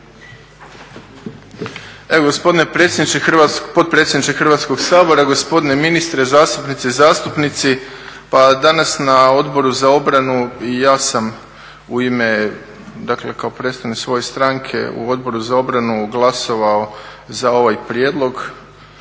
Evo gospodine potpredsjedniče Hrvatskog sabora, gospodine ministre, zastupnice i zastupnici pa danas na Odboru za obranu ja sam u ime, kao predstavnik svoje stranke u Odboru za obranu glasovao za ovaj prijedlog